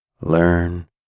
learn